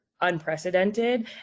unprecedented